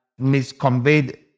misconveyed